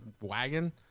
wagon